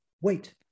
Wait